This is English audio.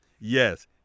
yes